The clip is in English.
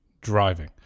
driving